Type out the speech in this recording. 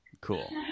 cool